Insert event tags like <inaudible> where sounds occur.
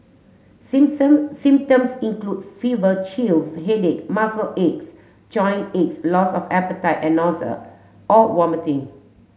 <unintelligible> symptoms include fever chills headache muscle aches joint aches loss of appetite and nausea or vomiting